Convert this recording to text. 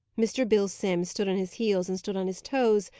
mr. bill simms stood on his heels and stood on his toes,